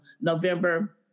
November